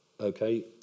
okay